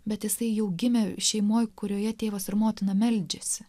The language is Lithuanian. bet jisai jau gimė šeimoje kurioje tėvas ir motina meldžiasi